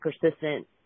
persistent